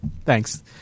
Thanks